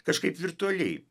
kažkaip virtualiai